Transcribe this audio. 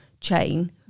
chain